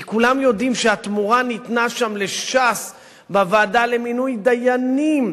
כי כולם יודעים שהתמורה ניתנה שם לש"ס בוועדה למינוי דיינים,